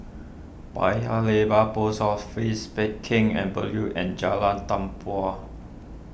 Paya Lebar Post Office Pheng Geck Avenue and Jalan Tempua